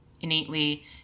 innately